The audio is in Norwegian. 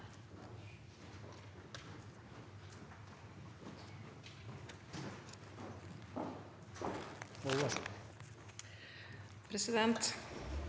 Presidenten